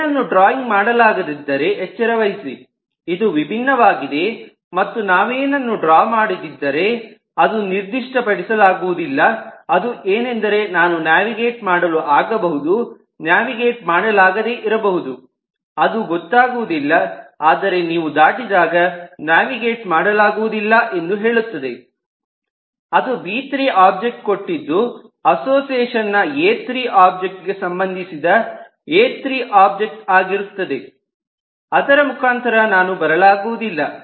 ಏನನ್ನು ಡ್ರಾಯಿಂಗ್ ಮಾಡಲಾಗದಿದ್ದರೆ ಎಚ್ಚರವಹಿಸಿ ಇದು ವಿಭಿನ್ನವಾಗಿದೆ ಮತ್ತು ನಾವೇನನ್ನು ಡ್ರಾ ಮಾಡದಿದ್ದರೆ ಅದು ನಿರ್ಧಿಷ್ಟಪಡಿಸಲಾಗುವುದಿಲ್ಲ ಅದು ಏನೆಂದರೆ ನಾನು ನ್ಯಾವಿಗೇಟ್ ಮಾಡಲು ಆಗುಬಹುದು ನ್ಯಾವಿಗೇಟ್ ಮಾಡಲಾಗದೆ ಇರಬಹುದು ಅದು ಗೊತ್ತಾಗುವುದಿಲ್ಲ ಆದರೆ ನೀವು ದಾಟಿದಾಗ ನ್ಯಾವಿಗೇಟ್ ಮಾಡಲಾಗುವುದಿಲ್ಲ ಎಂದು ಹೇಳುತ್ತದೆ ಅದು ಬಿ3 ಒಬ್ಜೆಕ್ಟ್ ಕೊಟ್ಟಿದ್ದು ಈ ಅಸೋಸಿಯೇಷನ್ ನಾ ಎ3 ಒಬ್ಜೆಕ್ಟ್ ಗೆ ಸಂಬಂಧಿಸಿದ ಎ3 ಒಬ್ಜೆಕ್ಟ್ ಆಗಿರುತ್ತದೆ ಅದರ ಮುಖಾಂತರ ನಾನು ಬರಲಾಗುವುದಿಲ್ಲ